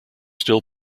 still